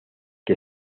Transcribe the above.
que